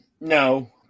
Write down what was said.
no